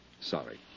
Sorry